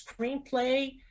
screenplay